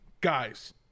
guys